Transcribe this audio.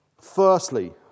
Firstly